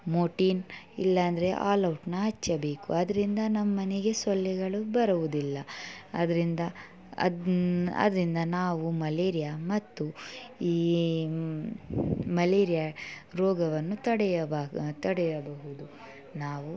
Mortein ಇಲ್ಲಾಂದರೆ ಆಲ್ಔಟನ್ನ ಹಚ್ಚಬೇಕು ಅದರಿಂದ ನಮ್ಮ ಮನೆಗೆ ಸೊಳ್ಳೆಗಳು ಬರುವುದಿಲ್ಲ ಅದರಿಂದ ಅದು ಅದರಿಂದ ನಾವು ಮಲೇರಿಯಾ ಮತ್ತು ಈ ಮಲೇರಿಯಾ ರೋಗವನ್ನು ತಡೆಯಬಾಗ ತಡೆಯಬಹುದು ನಾವು